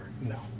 No